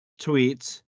tweets